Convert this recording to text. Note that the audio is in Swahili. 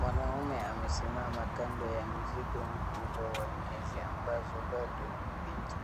Mwanaume amesimama kando ya mzigo mkubwa wa ndizi ambazo bado ni mbichi.